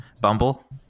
Bumble